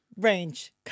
range